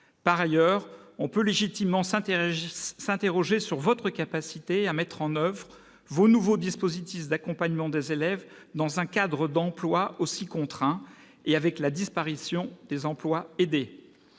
Par ailleurs, on peut légitiment s'interroger sur votre capacité à mettre en oeuvre vos nouveaux dispositifs d'accompagnement des élèves dans un cadre d'emplois aussi contraint et avec la disparition des emplois aidés.